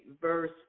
verse